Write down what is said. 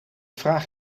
vraagt